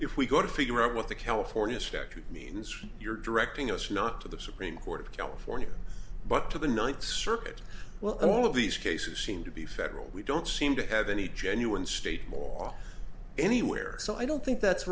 if we go to figure out what the california statute means you're directing us not to the supreme court of california but to the ninth circuit well all of these cases seem to be federal we don't seem to have any genuine state moral anywhere so i don't think that's